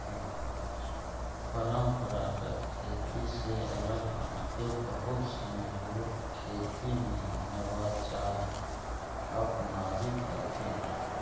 परम्परागत खेती से अलग हटके बहुत सनी लोग खेती में नवाचार अपनावित हथिन